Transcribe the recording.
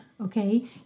okay